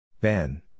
Ben